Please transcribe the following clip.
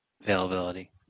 availability